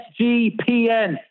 SGPN